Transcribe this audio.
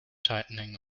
tightening